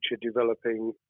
developing